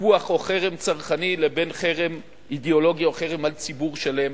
ויכוח או חרם צרכני לבין חרם אידיאולוגי או חרם על ציבור שלם.